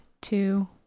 two